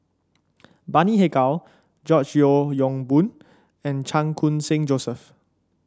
Bani Haykal George Yeo Yong Boon and Chan Khun Sing Joseph